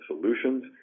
solutions